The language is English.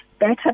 Better